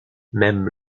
même